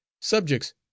subjects